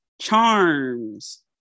charms